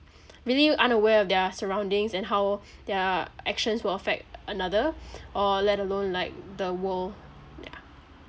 really unaware of their surroundings and how their actions will affect another or let alone like the world yeah